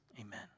Amen